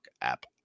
app